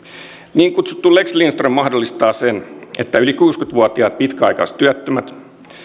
niin kutsuttu lex lindström mahdollistaa sen että yli kuusikymmentä vuotiaat pitkäaikaistyöttömät